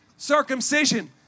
circumcision